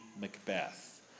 Macbeth